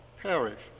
perish